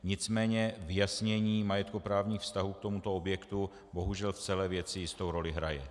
Nicméně vyjasnění majetkoprávních vztahů k tomuto objektu bohužel v celé věci jistou roli hraje.